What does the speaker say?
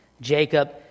Jacob